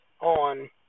on